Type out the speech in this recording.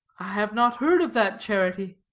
i have not heard of that charity.